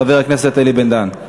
חבר הכנסת אלי בן-דהן.